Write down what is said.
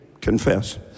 confess